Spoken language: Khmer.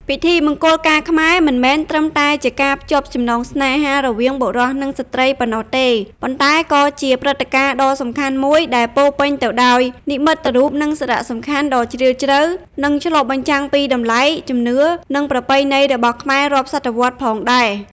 ពិធីមង្គលការខ្មែរ មិនមែនត្រឹមតែជាការភ្ជាប់ចំណងស្នេហារវាងបុរសនិងស្ត្រីប៉ុណ្ណោះទេ ប៉ុន្តែក៏ជាព្រឹត្តិការណ៍ដ៏សំខាន់មួយដែលពោរពេញទៅដោយ និមិត្តរូប និងសារៈសំខាន់ដ៏ជ្រាលជ្រៅ នឹងឆ្លុះបញ្ចាំងពីតម្លៃ ជំនឿ និងប្រពៃណីរបស់ខ្មែររាប់សតវត្សរ៍ផងដែរ ។